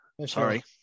sorry